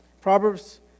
Proverbs